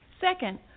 Second